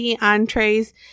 entrees